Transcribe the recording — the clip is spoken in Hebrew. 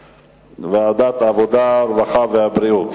2010, לוועדת העבודה, הרווחה והבריאות